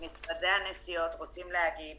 משרדי הנסיעות רוצים להגיד